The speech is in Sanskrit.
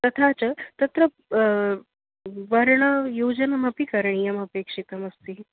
तथा च तत्र वर्णयोजनमपि करणीयमपेक्षितमस्ति